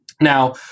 Now